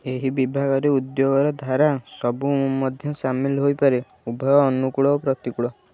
ଏହି ବିଭାଗରେ ଉଦ୍ୟୋଗର ଧାରା ସବୁ ମଧ୍ୟ ସାମିଲ ହୋଇପାରେ ଉଭୟ ଅନୁକୂଳ ଓ ପ୍ରତିକୂଳ